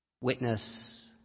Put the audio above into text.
witness